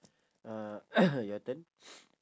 uh your turn